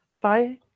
Bye